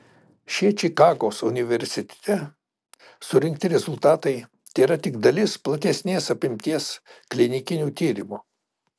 šie čikagos universitete surinkti rezultatai tėra tik dalis platesnės apimties klinikinių tyrimų